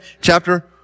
chapter